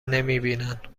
نمیبینن